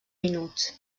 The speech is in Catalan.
minuts